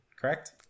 correct